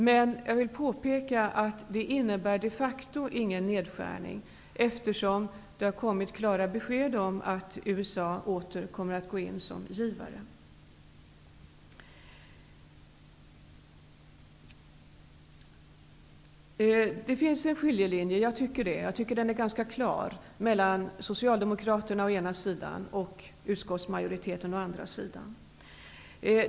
Men jag vill påpeka att det innebär de facto ingen nedskärning, eftersom det har kommit klara besked om att USA åter skall gå in som givare. Jag tycker att det finns en ganska klar skiljelinje mellan Socialdemokraterna å ena sidan och utskottsmajoriteten å den andra sidan.